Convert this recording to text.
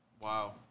Wow